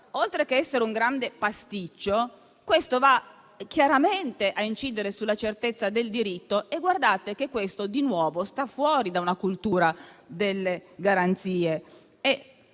oltre che essere un grande pasticcio, questo va chiaramente a incidere sulla certezza del diritto e guardate che di nuovo sta fuori dalla cultura delle garanzie.